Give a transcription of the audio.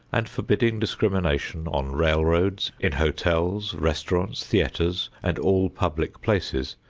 and forbidding discrimination on railroads, in hotels, restaurants, theatres and all public places,